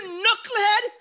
knucklehead